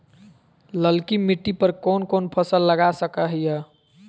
ललकी मिट्टी पर कोन कोन फसल लगा सकय हियय?